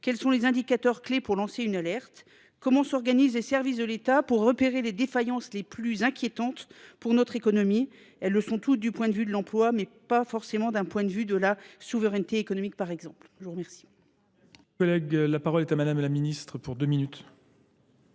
Quels sont les indicateurs clés pour lancer une alerte ? Comment s'organiser les services de l'Etat pour repérer les défaillances les plus inquiétantes pour notre économie ? Elles le sont toutes du point de vue de l'emploi, mais pas forcément d'un point de vue de la souveraineté économique par exemple. Je vous remercie.